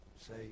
say